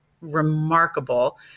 remarkable